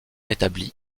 établi